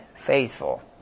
faithful